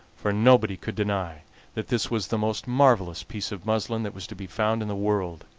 for nobody could deny that this was the most marvelous piece of muslin that was to be found in the world.